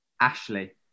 Ashley